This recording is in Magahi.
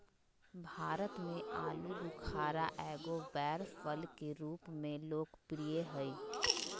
भारत में आलूबुखारा एगो बैर फल के रूप में लोकप्रिय हइ